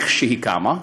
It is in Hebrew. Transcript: כשהיא קמה,